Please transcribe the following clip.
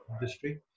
industry